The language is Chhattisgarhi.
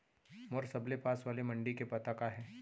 मोर सबले पास वाले मण्डी के पता का हे?